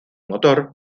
motor